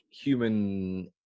human